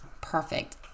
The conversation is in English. Perfect